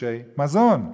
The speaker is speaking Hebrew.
תלושי מזון.